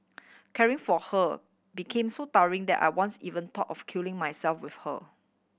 caring for her became so tiring that I once even thought of killing myself with her